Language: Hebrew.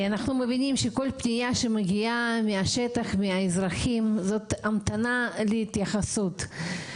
אנחנו מבינים שכל פניה שמגיעה מהשטח מהאזרחים זו המתנה להתייחסות.